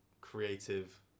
creative